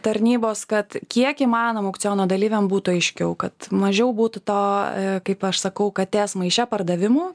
tarnybos kad kiek įmanoma aukciono dalyviam būtų aiškiau kad mažiau būtų to kaip aš sakau katės maiše pardavimų